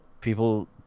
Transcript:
People